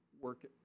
work